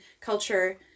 culture